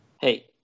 Hey